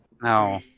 No